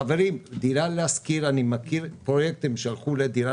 חברים דירה להשכיר אני מכיר את פרויקט הם שלחו לדירה